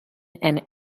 and